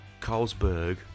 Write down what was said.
Carlsberg